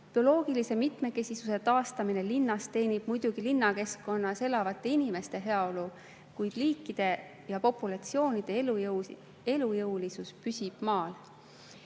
Bioloogilise mitmekesisuse taastamine linnas teenib muidugi linnakeskkonnas elavate inimeste heaolu, kuid liikide ja populatsioonide elujõulisus püsib maal.